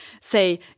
say